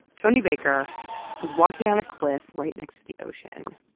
tony baker was walking on a cliff right next to the ocean.